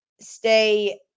stay